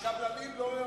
הקבלנים לא,